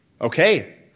Okay